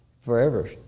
forever